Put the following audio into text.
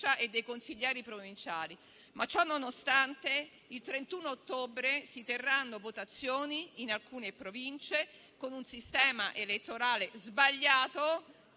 e dei consiglieri provinciali, ma, ciononostante, il 31 ottobre si terranno votazioni in alcune Province con un sistema elettorale sbagliato,